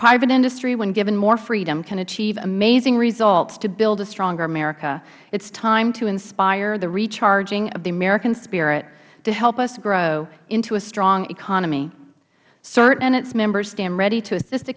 private industry when given more freedom can achieve amazing results to build a stronger america it is time to inspire the recharging of the american spirit to help us grow into a strong economy cirt and its members stand ready to assist